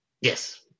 Yes